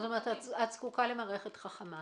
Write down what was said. כלומר את זקוקה למערכת חכמה.